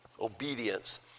Obedience